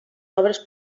obres